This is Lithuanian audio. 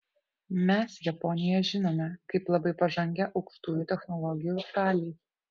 mes japoniją žinome kaip labai pažangią aukštųjų technologijų šalį